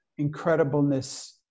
incredibleness